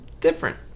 Different